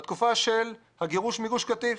בתקופה של הגירוש מגוש קטיף.